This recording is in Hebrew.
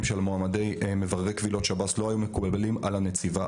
של מועמדי מבררי קבילות שב"ס לא היו מקובלים על הנציבה.